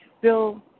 Bill